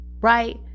right